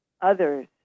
others